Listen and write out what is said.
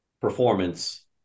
performance